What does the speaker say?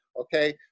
okay